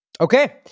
Okay